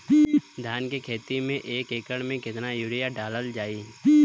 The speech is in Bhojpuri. धान के खेती में एक एकड़ में केतना यूरिया डालल जाई?